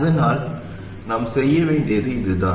அதனால் நாம் செய்ய வேண்டியது இதுதான்